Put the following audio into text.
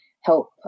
help